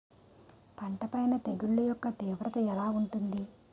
పంట పైన తెగుళ్లు యెక్క తీవ్రత ఎలా ఉంటుంది